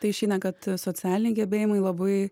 tai išeina kad socialiniai gebėjimai labai